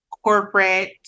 Corporate